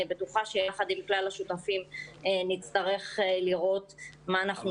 אני בטוחה שיחד עם כלל השותפים נצטרך לראות מה אנחנו